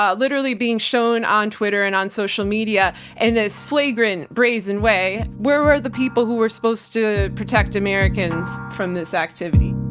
ah literally being shown on twitter and on social media and this flagrant brazen way, where were the people who were supposed to protect americans from this activity?